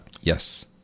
Yes